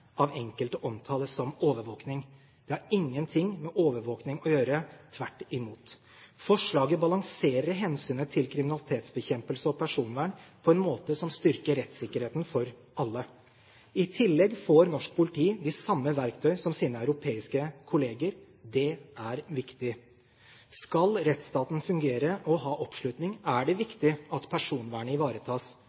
av enkelte omtales som overvåking. Det har ingenting med overvåking å gjøre – tvert imot. Forslaget balanserer hensynet til kriminalitetsbekjempelse og personvern på en måte som styrker rettssikkerheten for alle. I tillegg får norsk politi de samme verktøyene som sine europeiske kolleger. Det er viktig. Skal rettsstaten fungere og ha oppslutning, er det viktig at personvernet ivaretas.